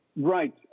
Right